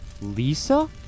Lisa